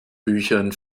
büchern